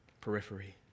periphery